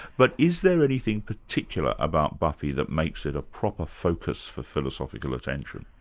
but is there anything particular about buffy that makes it a proper focus for philosophical attention?